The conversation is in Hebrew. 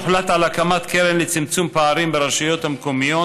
הוחלט על הקמת קרן לצמצום פערים ברשויות המקומיות